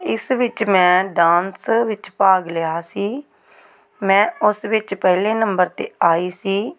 ਇਸ ਵਿੱਚ ਮੈਂ ਡਾਂਅਸ ਵਿੱਚ ਭਾਗ ਲਿਆ ਸੀ ਮੈਂ ਉਸ ਵਿੱਚ ਪਹਿਲੇ ਨੰਬਰ 'ਤੇ ਆਈ ਸੀ